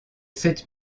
sept